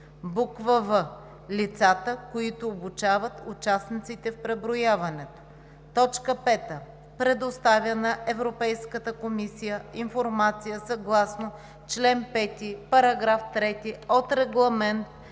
в) лицата, които обучават участниците в преброяването; 5. предоставя на Европейската комисия информация съгласно чл. 5, параграф 3 от Регламент